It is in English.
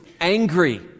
angry